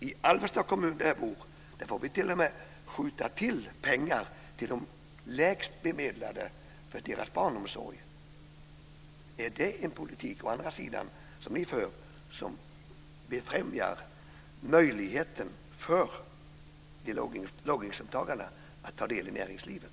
I Alvesta kommun där jag bor får vi t.o.m. skjuta till pengar till de minst bemedlade för deras barnomsorg. Är det en politik, å andra sidan, som befrämjar möjligheten för låginkomsttagarna att ta del i näringslivet?